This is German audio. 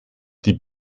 die